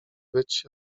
być